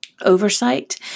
oversight